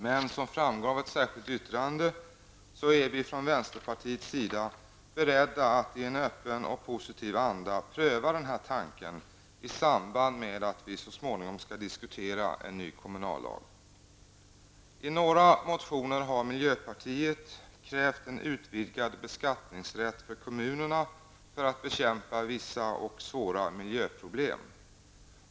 Men, som framgår av ett särskilt yttrande, är vi från vänsterpartiets sida beredda att i en öppen och positiv anda pröva den här tanken i samband med att vi så småningom skall diskutera en ny kommunallag. I några motioner har miljöpartiet krävt en utvidgad beskattningsrätt för kommunerna för att bekämpa vissa svåra miljöproblem.